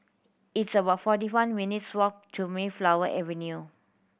it's about forty one minutes' walk to Mayflower Avenue